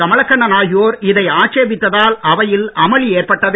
கமலக்கண்ணன் ஆகியோர் இதை ஆட்சேபித்ததால் அவையில் அமளி ஏற்பட்டது